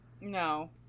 No